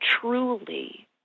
truly